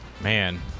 Man